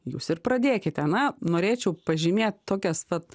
jūs ir pradėkite na norėčiau pažymėt tokias vat